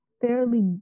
fairly